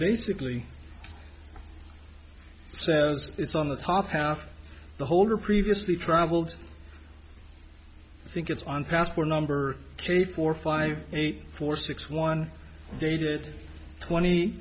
basically says it's on the top half the holder previously traveled i think it's on passport number k four five eight four six one dated twenty